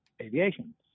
aviation